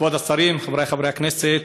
כבוד השרים, חברי חברי הכנסת,